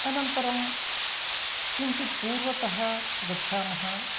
अनन्तरं किञ्चित् पूर्वतः गच्छामः